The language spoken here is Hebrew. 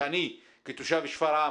שאני כתושב שפרעם,